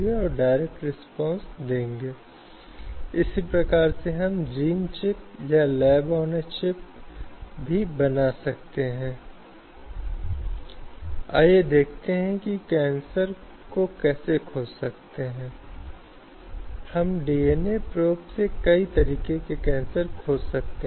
और जो देखा जा रहा है उसकी वजह यह है कि दुनिया भर में इस तरह के व्यवहार के अधिक से अधिक उदाहरण सामने आए हैं इसलिए भारत में इसे केवल कुछ दशक ही हुए हैं लेकिन अमेरिका में अनुसंधान आदि के माध्यम से इसे सभी क्षेत्रों में देखा गया है